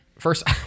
First